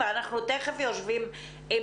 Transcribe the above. אנחנו עושים את